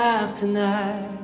tonight